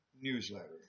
newsletter